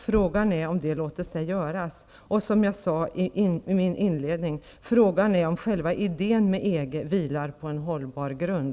Frågan är om det låter sig göras, och -- som jag sade i min inledning -- frågan är om själva idén med EG vilar på en hållbar grund.